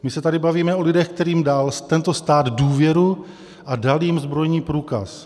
My se tady bavíme o lidech, kterým dal tento stát důvěru a dal jim zbrojní průkaz.